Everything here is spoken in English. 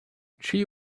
she